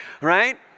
right